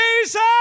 Jesus